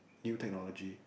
new technology